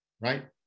right